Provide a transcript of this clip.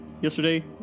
yesterday